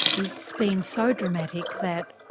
it's been so dramatic that,